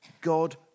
God